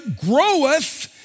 groweth